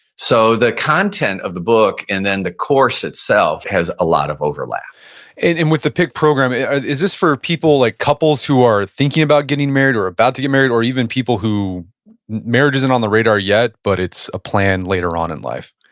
so the content of the book and then the course itself has a lot of overlap and and with the pick program, is this for people like couples who are thinking about getting married or about to get married or even people who marriage isn't on the radar yet, but it's a plan later on in life?